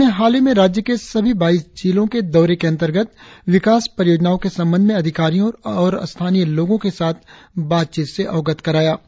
उन्होंने हालहीं में राज्य के सभी बाईस जिलों के दौरे के अंतर्गत विकास परियोजनाओं के संबंध में अधिकारियों और स्थानीय लोगों के साथ बातचीत से अवगत कराया